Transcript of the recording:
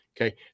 Okay